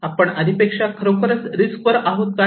आपण आधीपेक्षा खरोखरच रिस्क वर आहोत काय